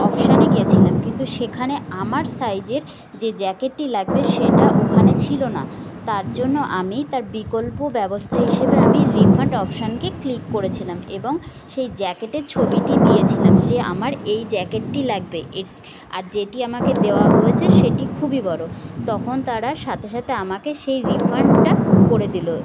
অপশানে গিয়েছিলাম কিন্তু সেখানে আমার সাইজের যে জ্যাকেটটি লাগবে সেটা ওখানে ছিল না তার জন্য আমি তার বিকল্প ব্যবস্থা হিসেবে আমি রিফান্ড অপশানকে ক্লিক করেছিলাম এবং সেই জ্যাকেটের ছবিটি দিয়েছিলাম যে আমার এই জ্যাকেটটি লাগবে এর আর যেটি আমাকে দেওয়া হয়েছে সেটি খুবই বড় তখন তারা সাথে সাথে আমাকে সেই রিফান্ডটা করে দিল